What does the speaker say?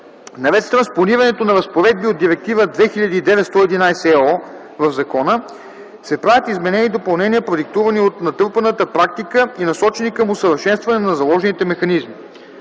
Наред с транспонирането на разпоредби от Директива 2009/111/ЕО в закона, се правят изменения и допълнения, продиктувани от натрупаната практика и насочени към усъвършенстване на заложените механизми.